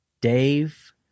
Dave